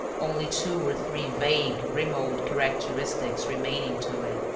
only two or three vague, remote characteristics remaining to it.